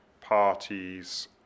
parties